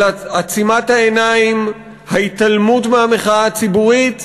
על עצימת העיניים, ההתעלמות מהמחאה הציבורית,